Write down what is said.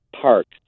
parks